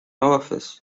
office